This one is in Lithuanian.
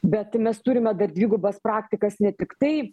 bet mes turime dar dvigubas praktikas ne tiktai